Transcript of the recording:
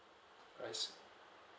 I see